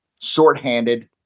shorthanded